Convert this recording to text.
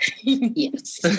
Yes